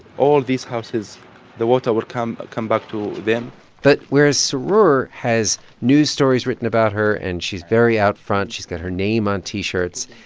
all these houses the water will come come back to them but whereas sroor has news stories written about her and she's very out front, she's got her name on t-shirts,